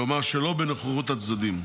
כלומר שלא בנוכחות הצדדים,